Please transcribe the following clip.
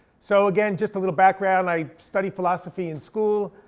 so again just a little background. i studied philosophy in school.